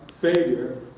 failure